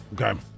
Okay